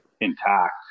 intact